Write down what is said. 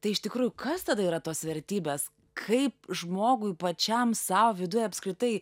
tai iš tikrųjų kas tada yra tos vertybės kaip žmogui pačiam sau viduj apskritai